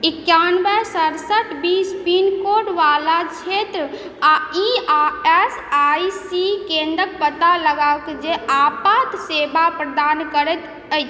एकानवे सड़सठि बीस पिन कोडवला क्षेत्र आओर ई एस आइ सी केन्द्रके पता लगाकऽ जे आपात सेवा प्रदान करैत अछि